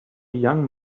young